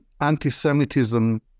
anti-Semitism